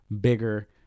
bigger